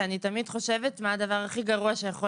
ואני תמיד חושבת מה הדבר הכי גרוע שיכול